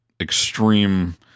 extreme